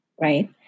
right